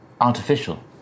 Artificial